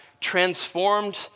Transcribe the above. transformed